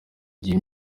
igihe